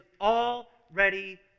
already